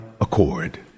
accord